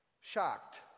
shocked